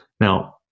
Now